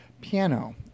Piano